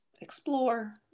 explore